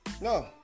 No